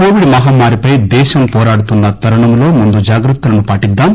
Covid మహమ్నారిపై దేశం పోరాడుతున్న తరుణంలో ముందు జాగ్రత్తలను పాటిద్దాం